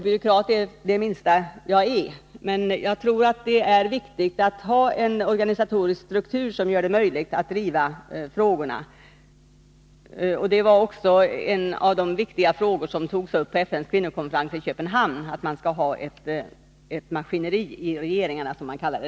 Byråkratisk är det minsta jag är, men jag tror att det är viktigt att ha en organisatorisk struktur som gör det möjligt att driva frågorna. En av de viktiga frågor som togs upp på FN:s kvinnokonferens i Köpenhamn var också att man, som det där kallades, skall ha ett maskineri i regeringarna.